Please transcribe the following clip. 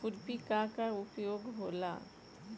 खुरपी का का उपयोग होला?